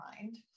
mind